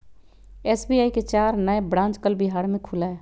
SBI के चार नए ब्रांच कल बिहार में खुलय